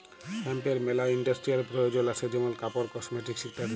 হেম্পের মেলা ইন্ডাস্ট্রিয়াল প্রয়জন আসে যেমন কাপড়, কসমেটিকস ইত্যাদি